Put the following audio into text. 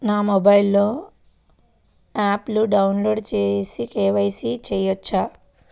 నా మొబైల్లో ఆప్ను డౌన్లోడ్ చేసి కే.వై.సి చేయచ్చా?